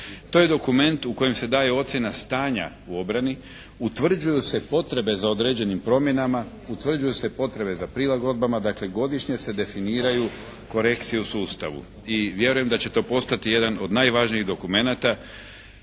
To je dokument u kojem se daje ocjena stanja u obrani, utvrđuju se potrebe za određenim promjenama, utvrđuju se potrebe za prilagodbama, dakle godišnje se definiraju korekcije u sustavu. I vjerujem da će to postati jedan od najvažnijih dokumenata